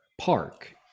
park